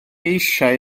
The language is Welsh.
eisiau